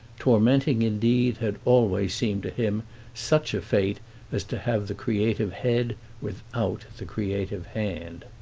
tormenting indeed had always seemed to him such a fate as to have the creative head without the creative hand.